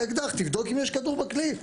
תבדוק אם יש כדור בכלי.